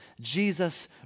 Jesus